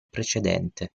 precedente